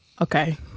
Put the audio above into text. okay